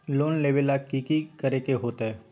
Loan लेबे ला की कि करे के होतई?